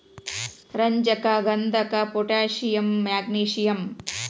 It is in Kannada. ರಂಜಕ ಗಂಧಕ ಪೊಟ್ಯಾಷಿಯಂ ಮ್ಯಾಗ್ನಿಸಿಯಂ